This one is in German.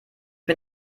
bin